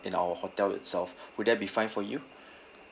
in our hotel itself would that be fine for you